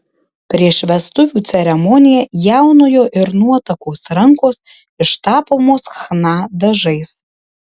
prieš vestuvių ceremoniją jaunojo ir nuotakos rankos ištapomos chna dažais